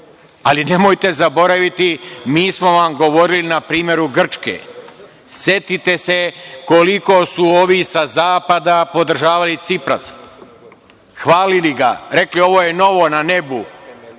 ali nemojte zaboraviti, mi smo vam govorili na primeru Grčke, setite se koliko su ovi sa zapada podržavali Ciprasa. Hvalili ga, rekli – ovo je novo na nebu